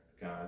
God